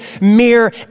mere